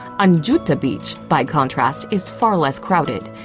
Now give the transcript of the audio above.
anjuna beach, by contrast, is far less crowded.